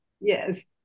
Yes